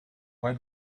why